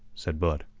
said blood.